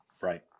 Right